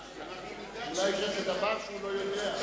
אולי זה דבר שהוא לא יודע.